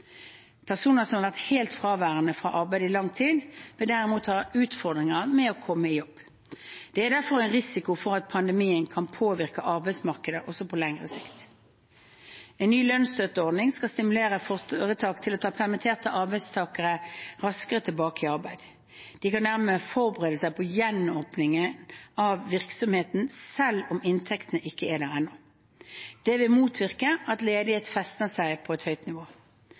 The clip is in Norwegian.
Personer som har vært helt fraværende fra arbeid i lang tid, vil derimot kunne ha utfordringer med å komme i jobb. Det er derfor en risiko for at pandemien kan påvirke arbeidsmarkedet også på lengre sikt. En ny lønnsstøtteordning skal stimulere foretak til å ta permitterte arbeidstakere raskere tilbake i arbeid. De kan dermed forberede seg på gjenåpning av virksomheten selv om inntektene ikke er der ennå. Det vil motvirke at ledigheten festner seg på et høyt nivå.